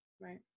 Right